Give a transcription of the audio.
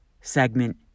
segment